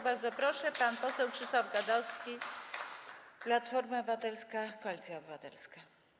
Bardzo proszę, pan poseł Krzysztof Gadowski, Platforma Obywatelska - Koalicja Obywatelska.